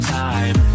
time